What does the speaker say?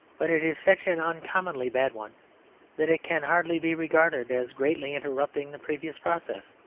but it is such an uncommonly bad one that it can hardly be regarded as greatly interrupting the previous process